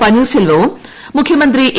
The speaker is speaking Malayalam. പനീർശെൽവനും മുഖ്യമന്ത്രി ഇ